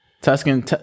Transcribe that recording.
Tuscan